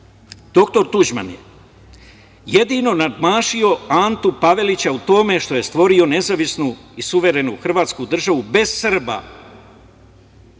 Doktor Tuđman je jedino nadmašio Antu Pavelića u tome što je stvorio nezavisnu i suverenu Hrvatsku državu bez Srba.